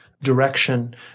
direction